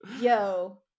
yo